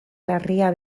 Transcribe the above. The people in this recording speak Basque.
larria